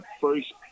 first